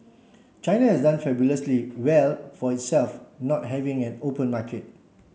China has done fabulously well for itself not having an open market